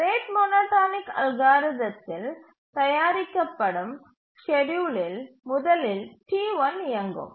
rate monotonic அல்காரிதத்தில் தயாரிக்கப்படும் ஸ்கேட்யூலில் முதலில் T1 இயங்கும்